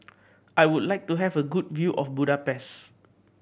I would like to have a good view of Budapest